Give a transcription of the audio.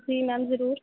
ਜੀ ਮੈਮ ਜ਼ਰੂਰ